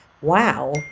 wow